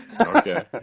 Okay